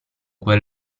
quel